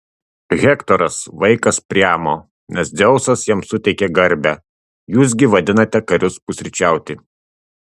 hektoras vaikas priamo nes dzeusas jam suteikė garbę jūs gi vadinate karius pusryčiauti